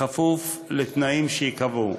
בכפוף לתנאים שייקבעו.